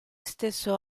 stesso